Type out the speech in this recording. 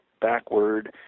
backward